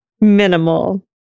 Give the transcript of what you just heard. minimal